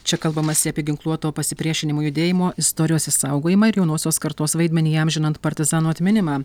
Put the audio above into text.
čia kalbamasi apie ginkluoto pasipriešinimo judėjimo istorijos išsaugojimą ir jaunosios kartos vaidmenį įamžinant partizanų atminimą